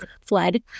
fled